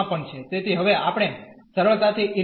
તેથી હવે આપણે સરળતાથી ઇન્નર ને ઇન્ટીગ્રેટ કરી શકીએ છીએ